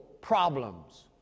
problems